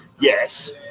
yes